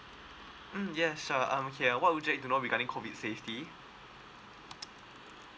mm yes sure um okay what would you like to know regarding COVID safety